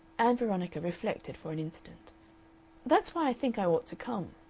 ann veronica reflected for an instant that's why i think i ought to come.